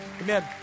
Amen